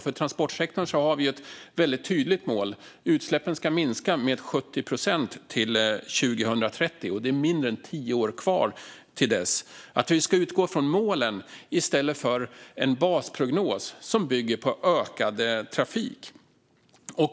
För transportsektorn har vi ett väldigt tydligt mål: Utsläppen ska minska med 70 procent till 2030. Det är mindre än tio år kvar till dess. Vi ska utgå från målen i stället för en basprognos som bygger på ökad trafik.